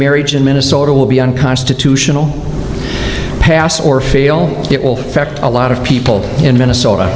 marriage in minnesota will be unconstitutional pass or fail it will affect a lot of people in minnesota